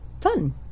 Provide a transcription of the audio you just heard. fun